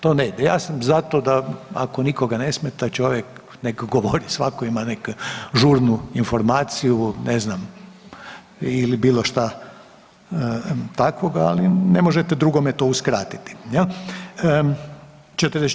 To ne ide, ja sam za to da, ako nikoga ne smeta, čovjek neka govori, svatko ima neku žurnu informaciju, ne znam ili bilo šta takvoga, ali ne možete drugome to uskratiti, je li?